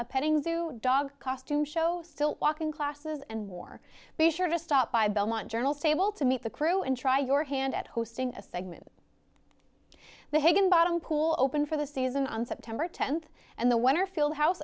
a petting zoo dog costume show still walking classes and more be sure to stop by belmont journal stable to meet the crew and try your hand at hosting a segment the higginbottom pool open for the season on september th and the winner field house